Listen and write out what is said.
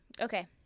Okay